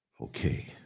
Okay